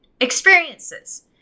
experiences